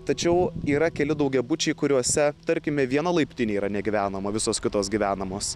tačiau yra keli daugiabučiai kuriuose tarkime viena laiptinė yra negyvenama visos kitos gyvenamos